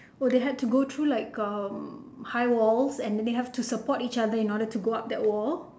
oh they had to go through like um high walls and they have to support each other in order to go up that wall